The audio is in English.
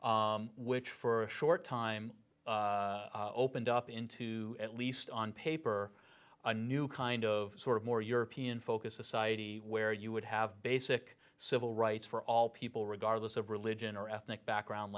which for a short time opened up into at least on paper a new kind of sort of more european focus aside where you would have basic civil rights for all people regardless of religion or ethnic background